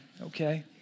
Okay